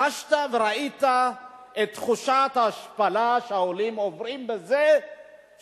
חשת וראית את תחושת ההשפלה של העולים שכשהם